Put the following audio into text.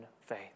faith